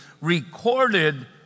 recorded